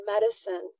medicine